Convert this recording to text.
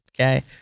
okay